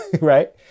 right